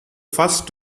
first